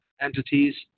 entities